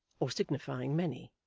or signifying many